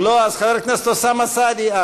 אם לא, אז חבר הכנסת אוסאמה סעדי.